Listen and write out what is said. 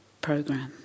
program